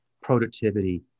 productivity